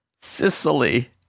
Sicily